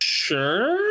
sure